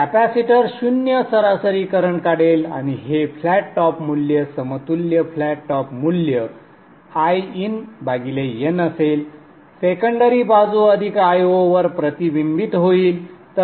capacitor शून्य सरासरी current काढेल आणि हे फ्लॅट टॉप मूल्य समतुल्य फ्लॅट टॉप मूल्य Iinn असेल सेकंडरी बाजू अधिक Io वर प्रतिबिंबित होईल